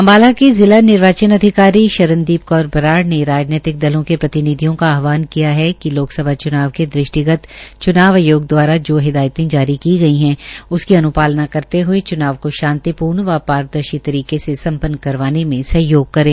अम्बाला के जिला निर्वाचन अधिकारी शरणदीप कौर बराड़ ने राजनैतिक दलों के प्रतिनिधियों को आहवान किया है कि लोकसभा च्नाव के दृष्टिगत च्नाव आयोग द्वारा जो हिदायतें जारी करते हथे चुनाव को शांतिपूर्ण व पारदर्शी तरीके से सम्पन्न करवाने में सहयोग करें